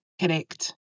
Correct